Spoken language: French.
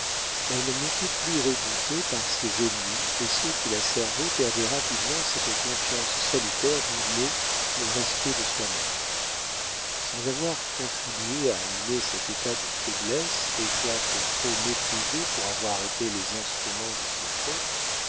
elle n'était plus redoutée par ses ennemis et ceux qui la servaient perdaient rapidement cette confiance salutaire d'où naît le respect de soi-même sans avoir contribué à amener cet état de faiblesse et quoique trop méprisés pour avoir été les instruments de ses fautes